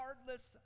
Regardless